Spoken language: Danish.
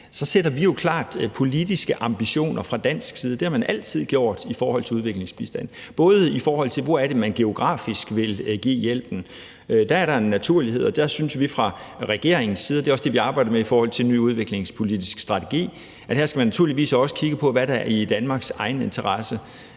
Så sætter vi jo klart politiske ambitioner fra dansk side, og det har man altid gjort i forhold til udviklingsbistand, f.eks. i forhold til hvor man geografisk vil give hjælpen. Det er helt naturligt, og der synes vi fra regeringens side – og det er også det, vi arbejder med i forhold til den nye udviklingspolitiske strategi – at man naturligvis også skal kigge på, hvad der er i Danmarks egen interesse.